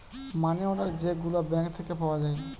মানি order যে গুলা bank থিকে পাওয়া যায়